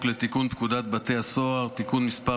לתיקון פקודת בתי הסוהר (תיקון מס'